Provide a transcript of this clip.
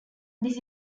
this